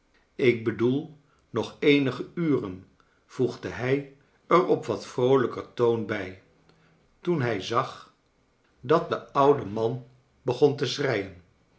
ik bedoel nog eenige uren voegde hij er op wat vroolijker toon bij v toen hij zag dat de oude man begon te schreien